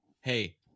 hey